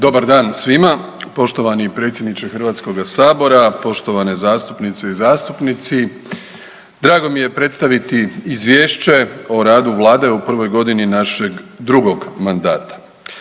Dobar dan svima. Poštovani predsjedniče Hrvatskoga sabora, poštovane zastupnice i zastupnici, drago mi je predstaviti izvješće o radu Vlade u prvog godini našeg drugog mandata.